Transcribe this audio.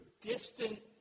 distant